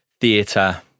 theatre